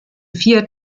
fiat